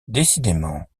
décidément